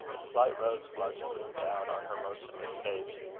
a slight rose-flush bloomed out on her motionless face.